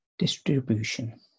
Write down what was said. Distribution